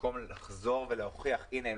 במקום לחזור ולהוכיח שהנה,